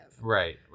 Right